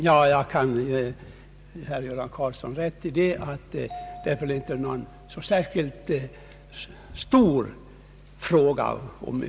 Herr talman! Jag ger Göran Karlsson rätt i att våra meningsskiljaktigheter inte gäller någon särskilt stor fråga.